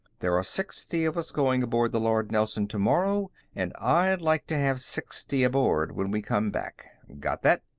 there are sixty of us going aboard the lord nelson tomorrow, and i'd like to have sixty aboard when we come back. got that?